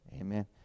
Amen